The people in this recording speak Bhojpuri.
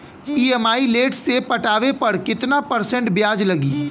ई.एम.आई लेट से पटावे पर कितना परसेंट ब्याज लगी?